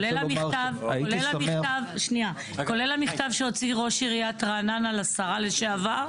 כולל המכתב שהוציא ראש עיריית רעננה לשרה לשעבר?